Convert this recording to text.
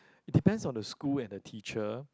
it depends on the school and the teacher